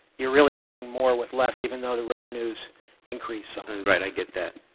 you're really doing more with less, even though the revenues increased somewhat. right. i get that.